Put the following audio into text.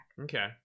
Okay